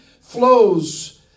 flows